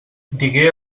digué